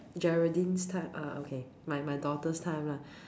Geraldine's time uh okay my my daughter's time lah